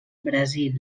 brasil